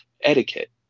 etiquette